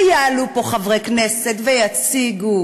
ויעלו פה חברי כנסת ויציגו